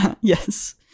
yes